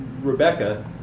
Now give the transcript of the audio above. Rebecca